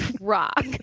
rock